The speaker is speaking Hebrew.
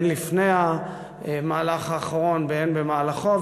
הן לפני המהלך האחרון והן במהלכו,